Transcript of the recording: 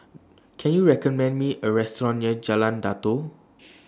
Can YOU recommend Me A Restaurant near Jalan Datoh